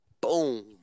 Boom